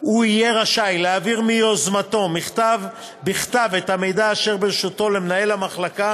הוא יהיה רשאי להעביר ביוזמתו בכתב את המידע אשר ברשותו למנהל המחלקה